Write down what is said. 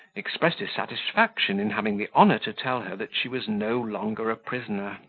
expressed his satisfaction in having the honour to tell her that she was no longer prisoner.